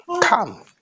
Come